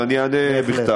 אז אני אענה בכתב.